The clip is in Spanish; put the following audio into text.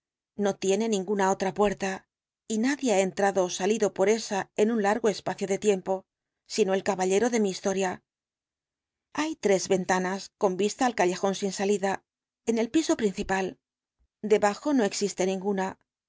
no tiene ninguna otra puerta y nadie ha entrado ó salido por esa en un largo espacio de tiempo sino el caballero de mi historia hay tres ventanas con vista al callejón sin salida en el piso principal debajo no existe ninguna